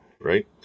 right